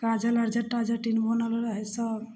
काजल रहै जटा जटिन बनल रहै सभ